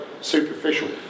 superficial